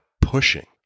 pushing